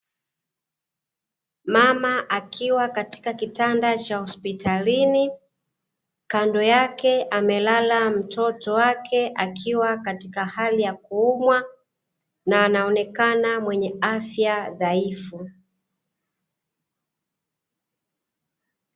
Mama akiwa katika kitanda cha hospitalini, kando yake amelala mtoto wake, akiwa katika hali ya kuumwa, na anaonekana mwenye afya dhaifu.